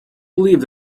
believed